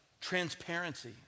transparency